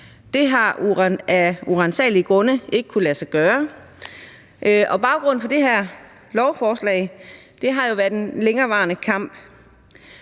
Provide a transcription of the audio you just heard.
det har af uransagelige grunde ikke kunnet lade sig gøre. Baggrunden for det her lovforslag har været en længerevarende kamp.